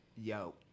Yo